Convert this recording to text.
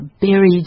Buried